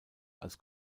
als